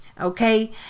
Okay